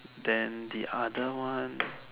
then the other one